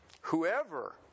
Whoever